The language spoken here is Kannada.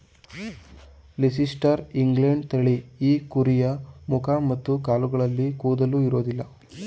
ಲೀಸೆಸ್ಟರ್ ಇಂಗ್ಲೆಂಡ್ ತಳಿ ಈ ಕುರಿಯ ಮುಖ ಮತ್ತು ಕಾಲುಗಳಲ್ಲಿ ಕೂದಲು ಇರೋದಿಲ್ಲ